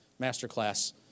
Masterclass